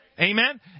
Amen